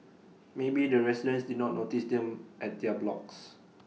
maybe the residents did not notice them at their blocks